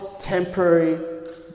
temporary